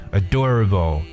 adorable